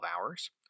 hours